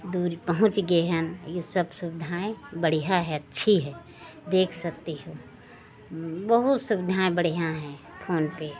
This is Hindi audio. दूरी पहुँच गए हैं यह सब सुविधाएँ बढ़िया है अच्छी है देख सकते हो बहुत सुविधाएँ बढ़िया हैं फोन पर